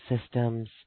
systems